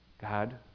God